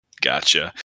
Gotcha